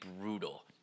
brutal